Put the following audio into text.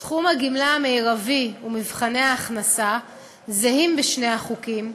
סכום הגמלה המרבי ומבחני ההכנסה זהים בשני חוקים,